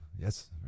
Yes